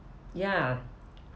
ya